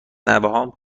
نوهام